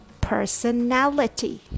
personality